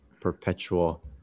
perpetual